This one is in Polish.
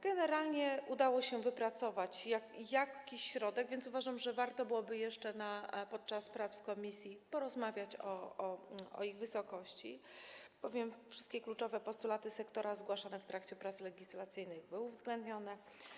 Generalnie udało się wypracować jakiś środek, więc uważam, że warto byłoby jeszcze podczas prac w komisji porozmawiać o ich wysokości, bowiem wszystkie kluczowe postulaty sektora zgłaszane w trakcie prac legislacyjnych były uwzględnione.